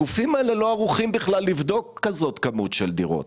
הגופים האלה לא ערוכים בכלל לבדוק כזאת כמות של דירות.